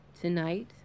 Tonight